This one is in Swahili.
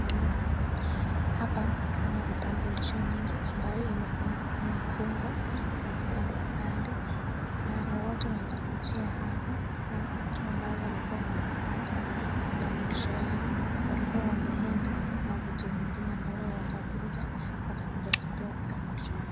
Hapa kuna vitambulisho nyingi ambayo imefungwa kipande kipande. Watu watakuja hapa. Watu ambao walikuwa wamekata vitambulisho yao, walikuwa wameenda na vitu zingine ambavyo watakuja, watakuja watapewa vitambulisho yao.